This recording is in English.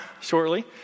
shortly